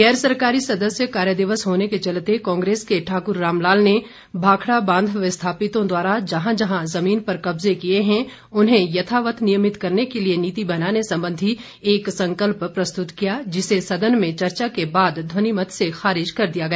गैर सरकारी सदस्य कार्य दिवस होने के चलते कांग्रेस के ठाक्र रामलाल ने भाखड़ा बांध विस्थापितों द्वारा जहां जहां जमीन पर कब्जे किए हैं उन्हें यथावत नियमित करने के लिए नीति बनाने संबंधी एक संकल्प प्रस्तुत किया जिसे सदन में चर्चा के बाद ध्वनिमत से खारिज कर दिया गया